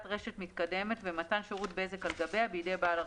רשת מתקדמת ומתן שירות בזק על גביה בידי בעל הרישיון.